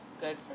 good